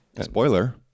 Spoiler